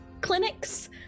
clinics